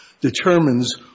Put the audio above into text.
determines